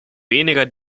weniger